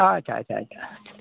ᱟᱪᱪᱷᱟ ᱟᱪᱪᱷᱟ ᱟᱪᱪᱷᱟ ᱟᱪᱪᱷᱟ